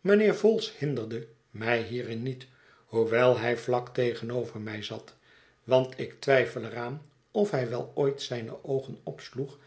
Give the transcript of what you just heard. mijnheer vholes hinderde mij hierin niet hoewel hij vlak tegenover mij zat want ik twijfel er aan of hij wel ooit zijne oogen opsloeg